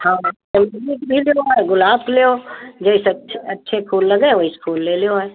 हाँ गुलाब के लेओ जैसे अच्छे फूल लगे वैसे फूल लैय लओ आय